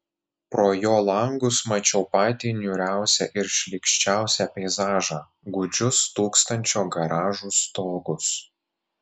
pro jo langus mačiau patį niūriausią ir šlykščiausią peizažą gūdžius tūkstančio garažų stogus